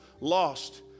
lost